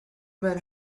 men